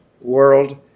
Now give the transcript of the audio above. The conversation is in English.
world